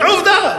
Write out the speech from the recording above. עובדה.